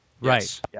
Right